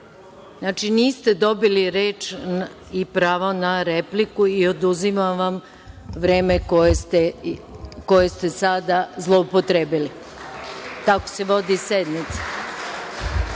Znači, niste dobili reč i pravo na repliku i oduzimam vam vreme koje ste sada zloupotrebili. Tako se vodi sednica. Nisam